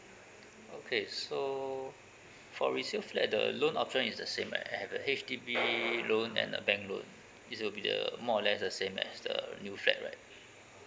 okay so for resale flat the loan option is the same right I have a H_D_B loan and a bank loan this will be the more or less the same as the new flat right